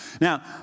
Now